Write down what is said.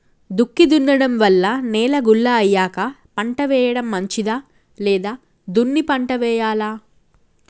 దుక్కి దున్నడం వల్ల నేల గుల్ల అయ్యాక పంట వేయడం మంచిదా లేదా దున్ని పంట వెయ్యాలా?